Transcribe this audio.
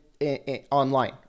online